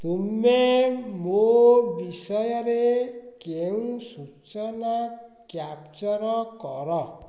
ତୁମେ ମୋ' ବିଷୟରେ କେଉଁ ସୂଚନା କ୍ୟାପଚର କର